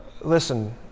Listen